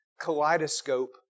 kaleidoscope